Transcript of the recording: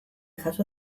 jaso